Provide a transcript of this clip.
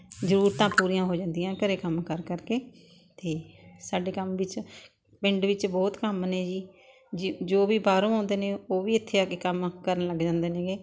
ਜ਼ਰੂਰਤਾਂ ਪੂਰੀਆਂ ਹੋ ਜਾਂਦੀਆਂ ਘਰੇ ਕੰਮ ਕਰ ਕਰ ਕੇ ਅਤੇ ਸਾਡੇ ਕੰਮ ਵਿੱਚ ਪਿੰਡ ਵਿੱਚ ਬਹੁਤ ਕੰਮ ਨੇ ਜੀ ਜੋ ਵੀ ਬਾਹਰੋਂ ਆਉਂਦੇ ਨੇ ਉਹ ਵੀ ਇੱਥੇ ਆ ਕੇ ਕੰਮ ਕਰਨ ਲੱਗ ਜਾਂਦੇ ਨੇ ਗੇ